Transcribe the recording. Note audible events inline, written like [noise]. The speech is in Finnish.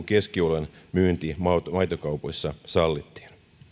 [unintelligible] keskioluen myynti maitokaupoissa sallittiin